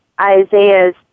Isaiah's